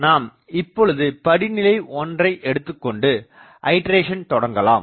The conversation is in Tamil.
நாம் இப்போது படிநிலை 1 எடுத்துக்கொண்டு ஐட்ரேசன் தொடங்கலாம்